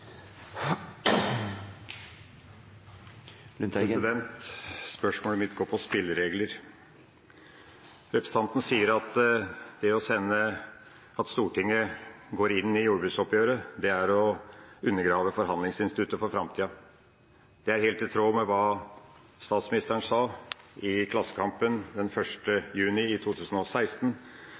sine svar. Spørsmålet mitt går på spilleregler. Representanten sier at det at Stortinget går inn i jordbruksoppgjøret, er å undergrave forhandlingsinstituttet for framtida. Det er helt i tråd med hva statsministeren sa i Klassekampen den 1. juni i